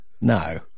No